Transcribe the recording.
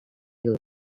girl